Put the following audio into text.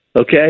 Okay